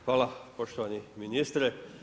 Hvala poštovani ministre.